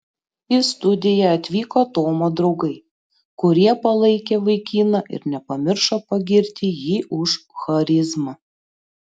į studiją atvyko tomo draugai kurie palaikė vaikiną ir nepamiršo pagirti jį už charizmą